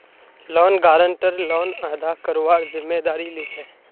loan guarantor loan अदा करवार जिम्मेदारी लीछे